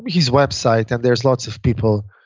his website. and there's lots of people